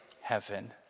heaven